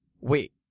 wait